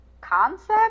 concept